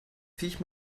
viech